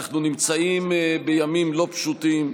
אנחנו נמצאים בימים לא פשוטים.